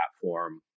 platform